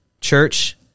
Church